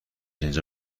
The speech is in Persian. اینجا